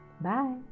bye